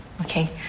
Okay